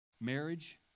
Marriage